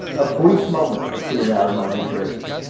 a brief moment of being out of my good graces